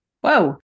whoa